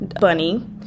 Bunny